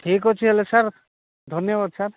ଠିକ୍ ଅଛି ହେଲେ ସାର୍ ଧନ୍ୟବାଦ ସାର୍